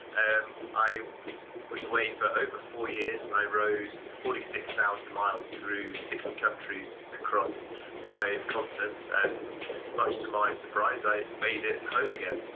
and i was away for over four years and i rode forty six thousand miles through sixty countries, across five continents and much to my surprise i made it home again.